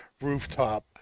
rooftop